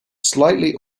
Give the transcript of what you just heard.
slightly